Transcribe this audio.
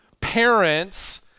parents